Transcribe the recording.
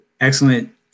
excellent